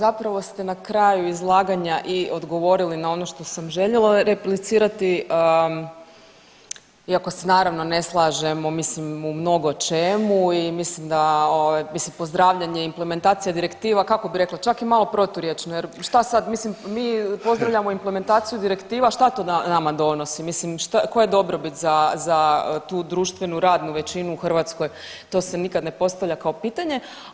Dobro, zapravo ste na kraju izlaganja i odgovorili na ono što sam željela replicirati, iako se naravno ne slažemo mislim u mnogo čemu i mislim da bi se pozdravljanje implementacija direktiva, kako bi rekla, čak i malo proturječno jer šta sad mislim mi pozdravljamo implementaciju direktiva, a što to nama donosi, mislim koja je dobrobit za tu društvenu radnu većinu u Hrvatskoj, to se nikada ne postavlja kao pitanje.